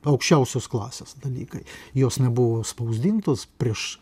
aukščiausios klasės dalykai jos nebuvo spausdintos prieš